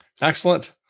Excellent